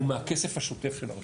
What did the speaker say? והוא מהכסף השוטף של הרשויות.